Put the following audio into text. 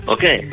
Okay